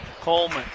Coleman